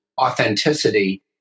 authenticity